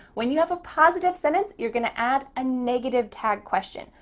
when you have a positive sentence, you're gonna add a negative tag question.